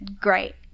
great